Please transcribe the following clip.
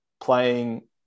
playing